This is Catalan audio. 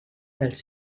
dels